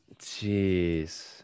Jeez